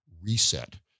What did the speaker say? reset